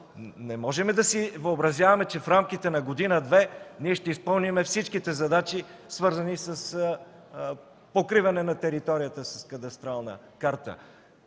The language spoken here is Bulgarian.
не можем да си въобразяваме, че в рамките на година-две ще изпълним всичките задачи, свързани с покриване на територията с кадастрална карта,